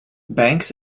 banks